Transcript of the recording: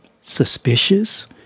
suspicious